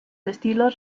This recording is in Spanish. estilos